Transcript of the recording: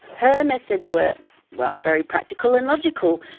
her methods were well very practical and logical.